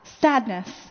sadness